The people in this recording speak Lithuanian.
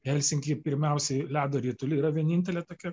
helsinky pirmiausiai ledo ritulį yra vienintelė tokia